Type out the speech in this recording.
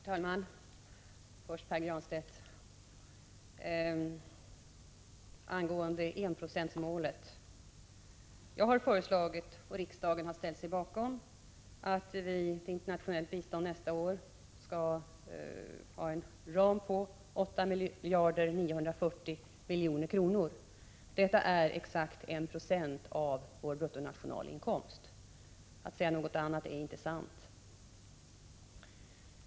Herr talman! Först, Pär Granstedt, angående enprocentsmålet: Jag har föreslagit, och riksdagen har ställt sig bakom, att vi i internationellt bistånd nästa år skall ha en ram på 8 940 milj.kr. Detta är exakt 1 96 av vår bruttonationalinkomst. Att säga något annat är att tala osanning.